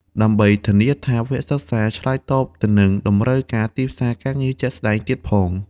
ដើម្បីធានាថាវគ្គសិក្សាឆ្លើយតបទៅនឹងតម្រូវការទីផ្សារការងារជាក់ស្តែងទៀតផង។